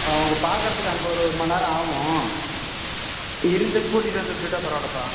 அவங்க பார்க்கறதுக்கு அங்கே ஒரு ஒரு மணிநேரம் ஆகும் இருந்து கூட்டிட்டு வந்து விட்டுட்டால் பரவாயில்லப்பா